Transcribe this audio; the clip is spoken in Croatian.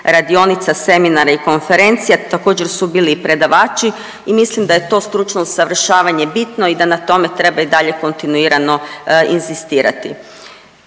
radionica, seminara i konferencija, također su bili i predavači i mislim da je to stručno usavršavanje bitno i da na tome treba i dalje kontinuirano inzistirati.